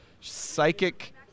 Psychic